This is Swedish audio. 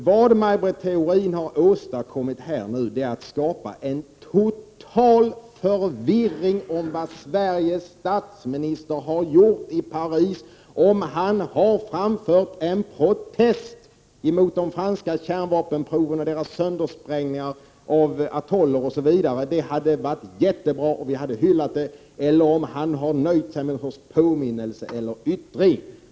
Vad Maj Britt Theorin här har åstadkommit är att skapa en total förvirring om vad Sveriges statsminister har gjort i Paris; om han har framfört en protest mot de franska kärnvapenproven och söndersprängningarna av atoller osv. — det hade varit jättebra, och vi hade hyllat det — eller om han har nöjt sig med någon sorts påminnelse eller yttring.